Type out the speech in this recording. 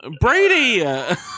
Brady